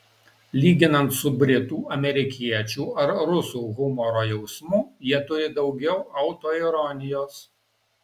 lyginant su britų amerikiečių ar rusų humoro jausmu jie turi daugiau autoironijos